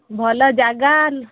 ଭଲ ଜାଗା